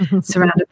surrounded